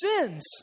sins